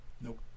Nope